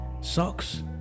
socks